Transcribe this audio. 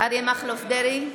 אריה מכלוף דרעי,